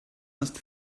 must